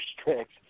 strict